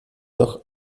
noch